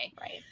right